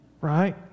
Right